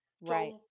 Right